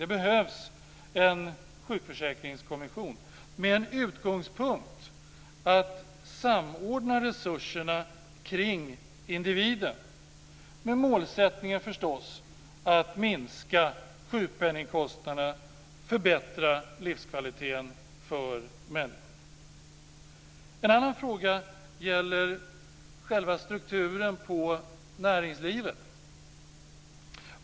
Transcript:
Det behövs en sjukförsäkringskommission, med utgångspunkten att samordna resurserna kring individen, självklart med målsättningen att minska sjukpenningkostnaderna och förbättra livskvaliteten för människor. En annan fråga gäller själva strukturen på näringslivet.